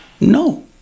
No